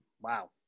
wow